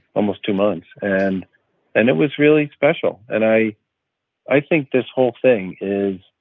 almost two months. and and it was really special. and i i think this whole thing is